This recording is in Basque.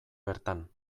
bertan